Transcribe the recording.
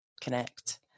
connect